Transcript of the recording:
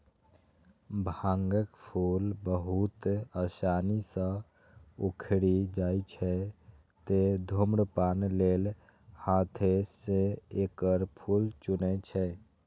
भांगक फूल बहुत आसानी सं उखड़ि जाइ छै, तें धुम्रपान लेल हाथें सं एकर फूल चुनै छै